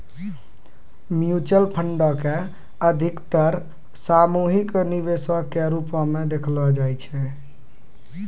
mutual फंडो के अधिकतर सामूहिक निवेश के रुपो मे देखलो जाय छै